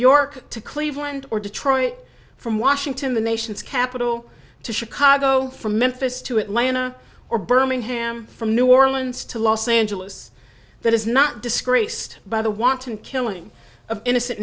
york to cleveland or detroit from washington the nation's capital to chicago from memphis to atlanta or birmingham from new orleans to los angeles that is not disgraced by the wanton killing of innocent